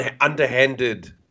underhanded